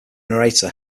narrator